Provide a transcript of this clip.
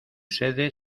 sede